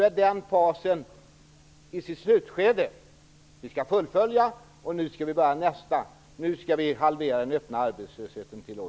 Nu är den fasen i sitt slutskede, och vi skall fullfölja den. Sedan skall vi börja nästa fas. Nu skall vi halvera den öppna arbetslösheten till år